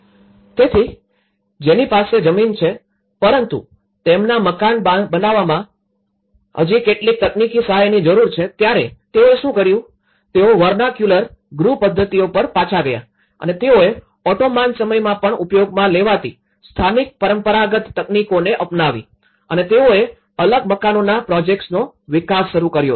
તેથી જેની પાસે જમીન છે પરંતુ તેમના મકાન બનાવવા માટે હજી કેટલીક તકનીકી સહાયની જરૂર છે ત્યારે તેઓએ શું કર્યું તેઓ વર્નાક્યુલર ગૃહ પદ્ધતિઓ પર પાછા ગયા અને તેઓએ ઓટોમાન સમયમાં પણ ઉપયોગમાં લેવાતી સ્થાનિક પરંપરાગત તકનીકોને અપનાવી અને તેઓએ અલગ મકાનોના પ્રોજેક્ટ્સનો વિકાસ શરૂ કર્યો છે